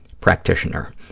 practitioner